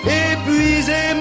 épuisé